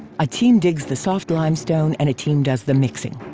a team digs the soft limestone and a team does the mixing.